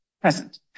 present